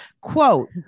Quote